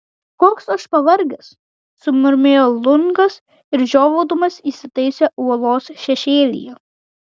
koks aš pavargęs sumurmėjo lungas ir žiovaudamas įsitaisė uolos šešėlyje